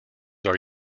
are